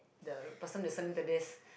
the person listening to this